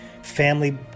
family